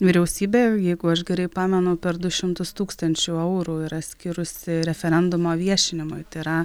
vyriausybė jeigu aš gerai pamenu per du šimtus tūkstančių eurų yra skyrusi referendumo viešinimui tai yra